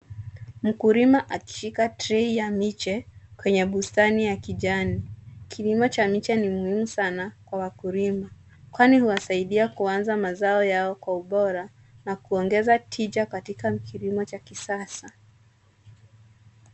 Mkulima akishikilia tray ya miche kwenye bustani ya kijani. Kilimo cha miche ni muhimu sana kwa wakulima kwani huwasaidia kuanza mazao yao kwa ubora na kuongoza tija katika kilimo cha kisasa.